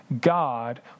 God